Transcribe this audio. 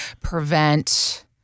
prevent